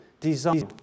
design